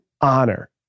honor